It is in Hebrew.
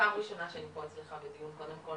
ראשונה שאני פה אצלך בדיון,